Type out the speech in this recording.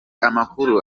amakuru